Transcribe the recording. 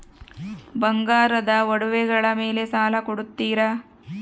ಬಂಗಾರದ ಒಡವೆಗಳ ಮೇಲೆ ಸಾಲ ಕೊಡುತ್ತೇರಾ?